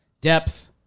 depth